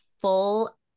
full